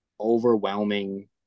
overwhelming